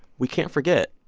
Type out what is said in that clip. we can't forget,